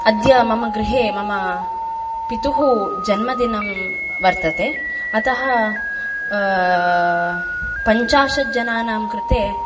अद्य मम गृहे मम पितुः जन्मदिनं वर्तते अतः पञ्चाशत् जनानां कृते